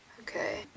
Okay